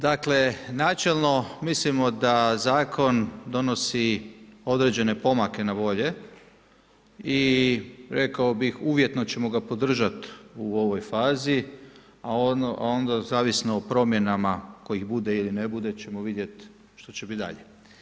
Dakle, načelno, mislimo da zakon donosi određene pomake na bolje i rekao bih uvjetno ćemo ga podržati u ovoj fazi a onda zavisno o promjenama kojih bude ili ne bude ćemo vidjeti što će biti dalje.